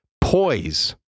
Poise